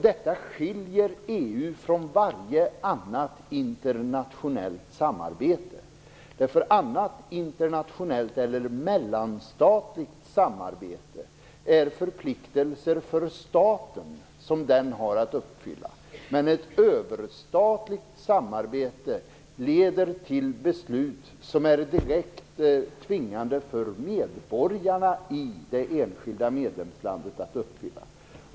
Detta skiljer EU från varje annat internationellt samarbete. Annat internationellt eller mellanstatligt samarbete innebär förpliktelser för staten som den har att uppfylla. Men ett överstatligt samarbete leder till beslut som är direkt tvingande för medborgarna i det enskilda medlemslandet att uppfylla.